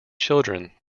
children